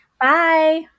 Bye